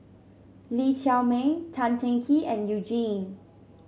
Lee Chiaw Meng Tan Teng Kee and You Jin